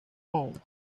home